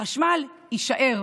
החשמל יישאר.